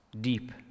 deep